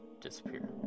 disappear